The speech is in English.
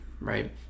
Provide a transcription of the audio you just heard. right